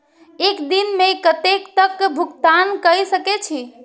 एक दिन में कतेक तक भुगतान कै सके छी